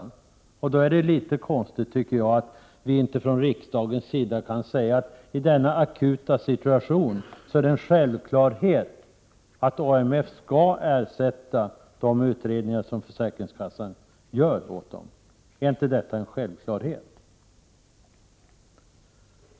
Jag tycker därför att det är litet konstigt att vi inte från riksdagens sida kan säga att det är en självklarhet att AMF i denna akuta situation skall ersätta de utredningar som försäkringskassan gör. Är inte detta en självklarhet?